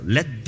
Let